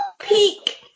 peak